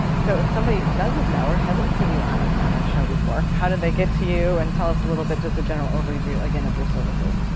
so if somebody doesn't know or hasn't seen you on on our show before, how do they get to you? and tell us a little bit, just a general overview again of your services.